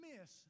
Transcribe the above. miss